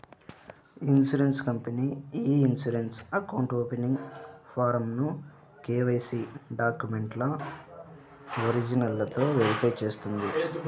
insurance company e insurance account opening ఫారమ్ను KYC డాక్యుమెంట్ల ఒరిజినల్లతో వెరిఫై చేస్తుంది